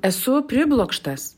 esu priblokštas